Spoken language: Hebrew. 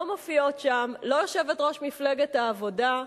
לא מופיעות שם יושבת-ראש מפלגת העבודה,